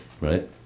right